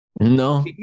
No